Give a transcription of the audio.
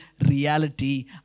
reality